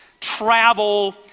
travel